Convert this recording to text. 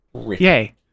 Yay